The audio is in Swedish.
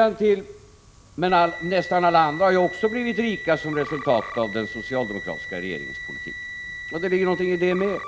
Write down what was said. Sedan tillägger Kjell Johansson: Nästan alla andra har också blivit rika som resultat av den socialdemokratiska regeringens politik. Det ligger någonting i det också.